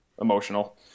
emotional